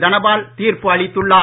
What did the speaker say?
தனபால் தீர்ப்பு அளித்துள்ளார்